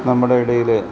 നമ്മുടെ ഇടയിൽ